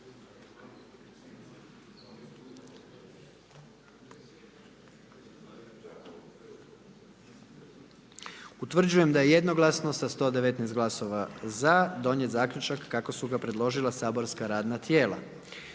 Utvrđujem da jednoglasno, sa 96 glasova za, donijeti zaključak kako su ga predložila saborskog radna tijela.